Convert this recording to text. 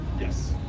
Yes